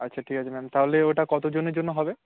আচ্ছা ঠিক আছে ম্যাম তাহলে ওটা কত জনের জন্য হবে